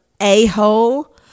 a-hole